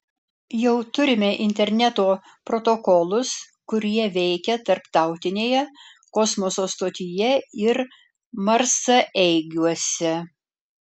jau turime interneto protokolus kurie veikia tarptautinėje kosmoso stotyje ir marsaeigiuose